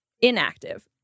inactive